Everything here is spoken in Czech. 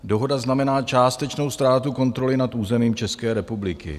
Dohoda znamená částečnou ztrátu kontroly nad územím České republiky.